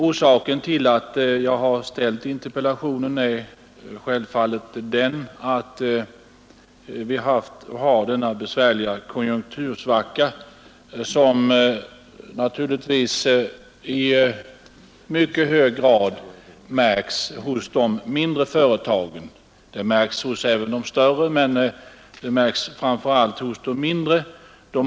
Orsaken till att jag har framställt interpellationen är självfallet det förhållandet att vi har en besvärlig konjunktursvacka, som naturligtvis i mycket hög grad märks inte minst hos de mindre företagen. Den märks även hos de större, men framför allt hos de mindre företagen.